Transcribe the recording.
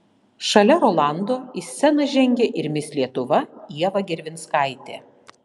šalia rolando į sceną žengė ir mis lietuva ieva gervinskaitė